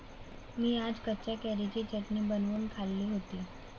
मी आज कच्च्या कैरीची चटणी बनवून खाल्ली होती